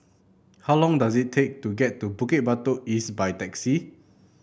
how long does it take to get to Bukit Batok East by taxi